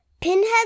Pinhead